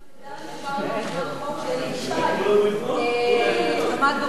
רק שתדע שמדובר בהצעת חוק שאלי ישי עמד בראשה,